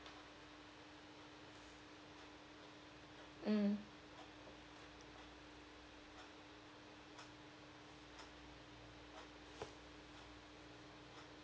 mm